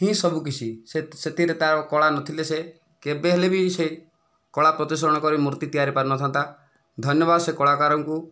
ହିଁ ସବୁକିଛି ସେତିକି ତା'ର କଳା ନଥିଲେ ସେ କେବେ ହେଲେ ବି ସେ କଳା ପ୍ରଦର୍ଶନ କରି ମୂର୍ତ୍ତି ତିଆରି ପାରିନଥାନ୍ତା ଧନ୍ୟବାଦ ସେ କଳାକାରଙ୍କୁ